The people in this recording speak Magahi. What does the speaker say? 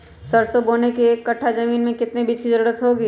सरसो बोने के एक कट्ठा जमीन में कितने बीज की जरूरत होंगी?